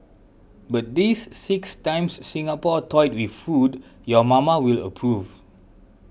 but these six times Singapore toyed with food your mama will approve